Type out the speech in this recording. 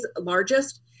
largest